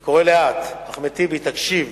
אני קורא לאט, אחמד טיבי, תקשיב,